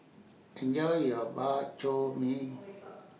Enjoy your Bak Chor Mee